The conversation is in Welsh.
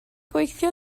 gweithio